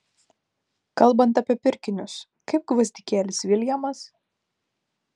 kalbant apie pirkinius kaip gvazdikėlis viljamas